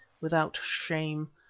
without shame.